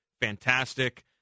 fantastic